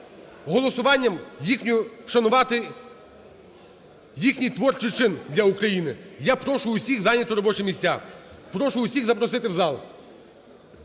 вшанувати їхній творчий чин для України. Я прошу всіх зайняти робочі місця. Прошу всіх запросити в зал.